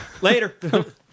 Later